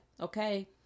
Okay